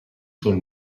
són